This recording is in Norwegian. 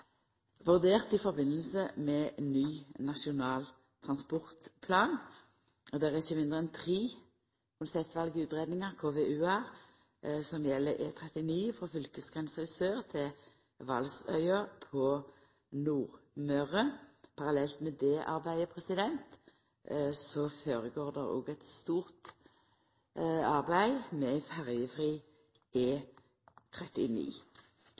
vurderte i samband med ny Nasjonal transportplan. Det er ikkje mindre enn tre konseptvalutgreiingar, KVU-ar, som gjeld E39 frå fylkesgrensa i sør til Valsøya på Nordmøre. Parallelt med det arbeidet føregår det òg eit stort arbeid med ferjefri